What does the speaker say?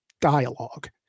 dialogue